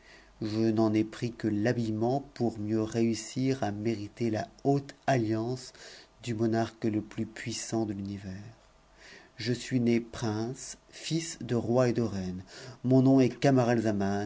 je n'en ai pris que l'habillement pour mieux réussir à mériter la haute alliance du monarque le plus puissant de l'univers je suis né prince fils de roi et de reine mon nom st camaratzaman et